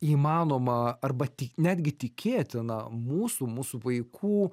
įmanomą arba tik netgi tikėtiną mūsų mūsų vaikų